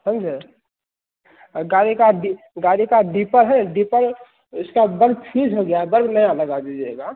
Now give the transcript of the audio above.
समझें गाड़ी का डी गाड़ी का डिपर है डिपर इसका बल्ब फ्यूज हो गया है बल्ब नया लगा दीजिएगा